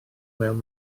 mewn